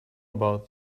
about